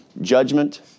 judgment